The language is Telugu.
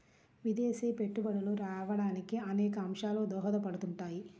విదేశీ పెట్టుబడులు రావడానికి అనేక అంశాలు దోహదపడుతుంటాయి